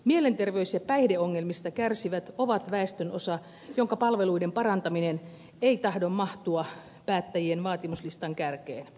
mielenterveys ja päihdeongelmista kärsivät ovat väestönosa jonka palveluiden parantaminen ei tahdo mahtua päättäjien vaatimuslistan kärkeen